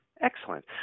Excellent